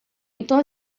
então